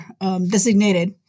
designated